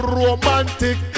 romantic